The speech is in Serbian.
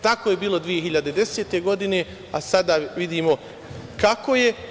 Tako je bilo 2010. godine, a sada vidimo kako je.